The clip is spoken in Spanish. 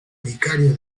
vicario